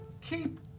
keep